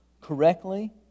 correctly